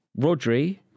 Rodri